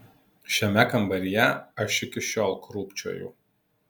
šiame kambaryje aš iki šiol krūpčioju